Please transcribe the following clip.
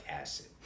acid